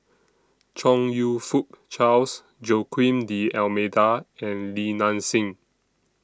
Chong YOU Fook Charles Joaquim D'almeida and Li Nanxing